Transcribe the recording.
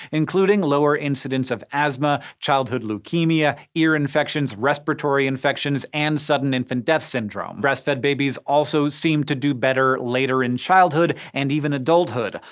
including lower incidence of asthma, childhood leukemia, ear infections, respiratory infections, and sudden infant death syndrome. breastfed babies also seem to do better later in childhood and even adulthood.